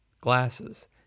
glasses